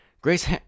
Grace